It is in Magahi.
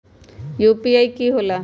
यू.पी.आई कि होला?